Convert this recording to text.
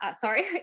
sorry